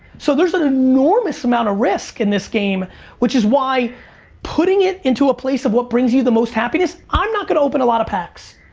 so there's an enormous amount of risk in this game which is why putting it into a place of what brings you the most happiness, i'm not gonna open a lot of packs.